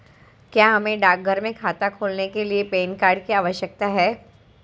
क्या हमें डाकघर में खाता खोलने के लिए पैन कार्ड की आवश्यकता है?